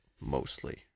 mostly